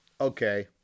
Okay